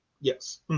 Yes